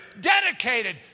dedicated